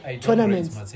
tournaments